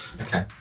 okay